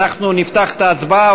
אנחנו נפתח את ההצבעה,